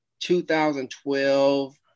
2012